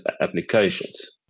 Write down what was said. applications